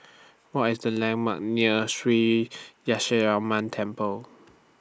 What IS The landmarks near Shree Temple